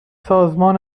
سازمان